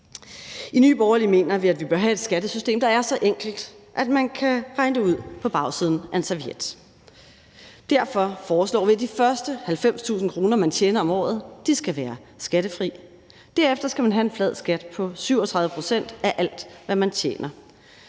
I Nye Borgerlige mener vi, at vi bør have et skattesystem, der er så enkelt, at man kan regne det ud på bagsiden af en serviet. Derfor foreslår vi, at de første 90.000 kr., man tjener om året, skal være skattefrie, og derefter skal man have en flad skat på 37 pct. af alt, hvad man tjener.